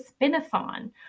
Spinathon